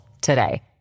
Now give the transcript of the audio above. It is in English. today